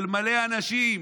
של מלא אנשים,